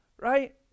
Right